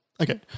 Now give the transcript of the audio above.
okay